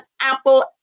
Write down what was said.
Apple